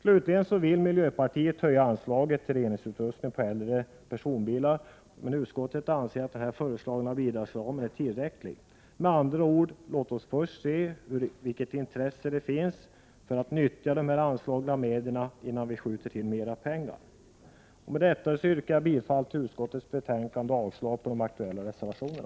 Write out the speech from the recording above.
Slutligen vill miljöpartiet höja anslaget till reningsutrustning på äldre personbilar, men utskottet anser att den föreslagna bidragsramen är tillräcklig. Med andra ord: Låt oss först se hur stort intresse det finns för att nyttja de anslagna medlen, innan vi skjuter till mera pengar. Med detta yrkar jag bifall till utskottets hemställan och avslag på de aktuella reservationerna.